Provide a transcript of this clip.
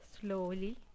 slowly